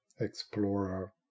explorer